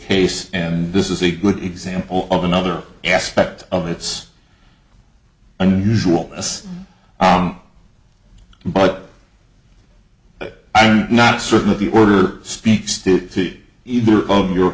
case and this is a good example of another aspect of it's unusual but not certain of the order speaks to either of your